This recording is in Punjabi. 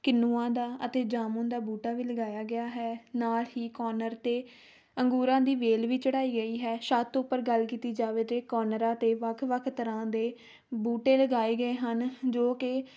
ਕਿੰਨੂਆਂ ਦਾ ਅਤੇ ਜਾਮੁਣ ਦਾ ਬੂਟਾ ਵੀ ਲਗਾਇਆ ਗਿਆ ਹੈ ਨਾਲ ਹੀ ਕੋਰਨਰ 'ਤੇ ਅੰਗੂਰਾਂ ਦੀ ਵੇਲ ਵੀ ਚੜ੍ਹਾਈ ਗਈ ਹੈ ਛੱਤ ਉੱਪਰ ਗੱਲ ਕੀਤੀ ਜਾਵੇ ਤਾਂ ਕੋਰਨਰਾ 'ਤੇ ਵੱਖ ਵੱਖ ਤਰ੍ਹਾਂ ਦੇ ਬੂਟੇ ਲਗਾਏ ਗਏ ਹਨ ਜੋ ਕਿ